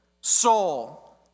soul